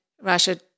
Russia